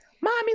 mommy